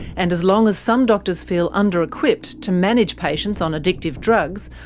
and as long as some doctors feel under-equipped to manage patients on addictive drugs,